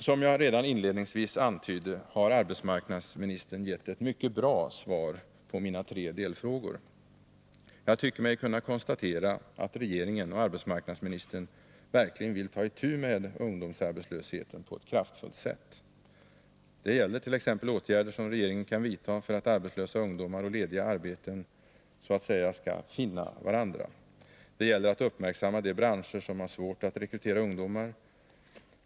Som jag redan inledningsvis antydde har arbetsmarknadsministern gett ett mycket bra svar på mina tre delfrågor. Jag tycker mig kunna konstatera att regeringen och arbetsmarknadsministern verkligen vill ta itu med ungdomsarbetslösheten på ett kraftfullt sätt. Det gäller t.ex. åtgärder som regeringen kan vidta för att arbetslösa ungdomar och lediga arbeten skall ”finna” varandra. Det gäller att uppmärksamma de branscher som har svårt att rekrytera ungdomar.